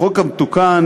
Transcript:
החוק המתוקן,